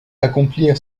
accomplir